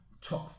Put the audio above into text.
top